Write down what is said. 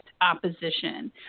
opposition